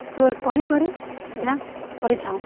ସ୍ୱର କରି କରି ଡ୍ୟାନ୍ସ କରିଥାଉ